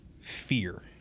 fear